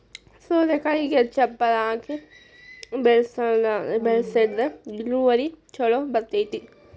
ಸೋರೆಕಾಯಿಗೆ ಚಪ್ಪರಾ ಹಾಕಿ ಬೆಳ್ಸದ್ರ ಇಳುವರಿ ಛಲೋ ಬರ್ತೈತಿ